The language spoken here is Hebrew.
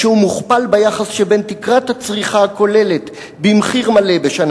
כשהוא מוכפל ביחס שבין תקרת הצריכה הכוללת במחיר מלא בשנה